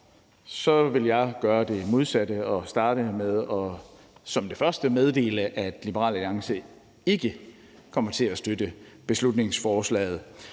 Jeg vil gøre det modsatte og starte med som det første at meddele, at Liberal Alliance ikke kommer til at støtte beslutningsforslaget.